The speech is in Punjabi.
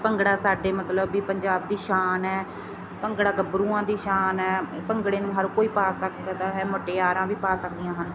ਭੰਗੜਾ ਸਾਡੇ ਮਤਲਬ ਵੀ ਪੰਜਾਬ ਦੀ ਸ਼ਾਨ ਹੈ ਭੰਗੜਾ ਗੱਭਰੂਆਂ ਦੀ ਸ਼ਾਨ ਹੈ ਭੰਗੜੇ ਨੂੰ ਹਰ ਕੋਈ ਪਾ ਸਕਦਾ ਹੈ ਮੁਟਿਆਰਾਂ ਵੀ ਪਾ ਸਕਦੀਆਂ ਹਨ